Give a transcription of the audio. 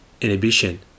inhibition